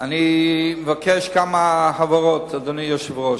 אני מבקש כמה הבהרות, אדוני היושב-ראש.